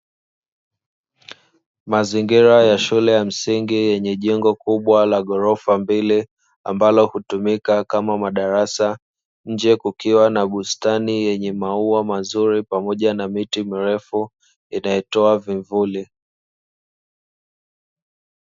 Mazingira ya shule ya msingi yenye jengo kubwa la ghorofa mbili ambalo hutumika kama madarasa, nje kukiwa na bustani yenye maua mazuri pamoja na miti mirefu inayotoa vivuli.